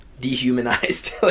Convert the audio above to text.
dehumanized